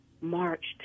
marched